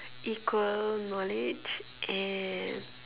equal knowledge and